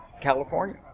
California